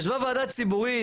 ישבה ועדה ציבורית,